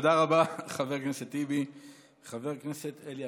תודה רבה, חבר הכנסת טיבי.